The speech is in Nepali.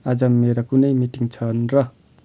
आज मेरा कुनै मिटिङ छन् र